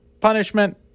Punishment